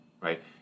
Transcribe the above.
right